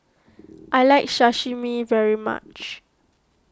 I like Sashimi very much